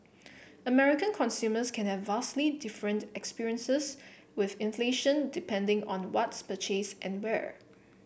American consumers can have vastly different experiences with inflation depending on what's purchased and where